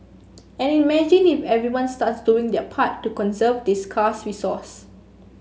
and imagine if everyone starts doing their part to conserve this scarce resource